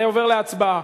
אני עובר להצבעה.